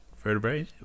vertebrae